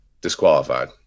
disqualified